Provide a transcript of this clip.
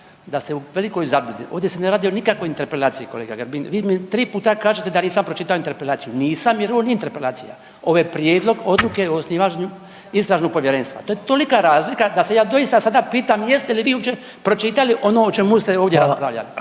da ste u velikoj zabludi. Ovdje se ne radi o nikakvoj interpelaciji kolega Grbin. Vi mi 3 puta kažete da nisam pročitao interpelaciju, nisam jer ovo nije interpelacija, ovo je prijedlog odluke o osnivanju istražnog povjerenstva. To je tolika razlika da se ja doista sada pitam jeste li vi uopće pročitali ono o čemu ste ovdje raspravljali?